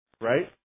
right